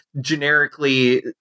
generically